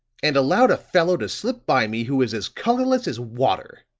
and allowed a fellow to slip by me who is as colorless as water.